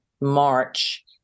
March